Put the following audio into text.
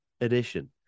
edition